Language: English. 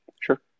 Sure